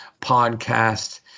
podcast